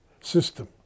system